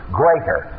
greater